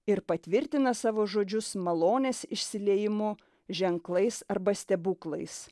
ir patvirtina savo žodžius malonės išsiliejimu ženklais arba stebuklais